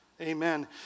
Amen